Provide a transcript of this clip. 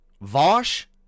Vosh